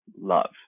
love